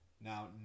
Now